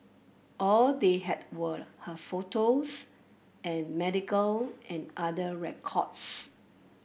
all they had were her photos and medical and other records